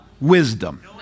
wisdom